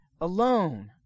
alone